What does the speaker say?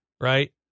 right